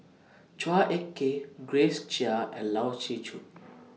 Chua Ek Kay Grace Chia and Lai Siu Chiu